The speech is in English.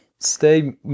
Stay